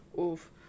oof